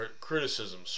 criticism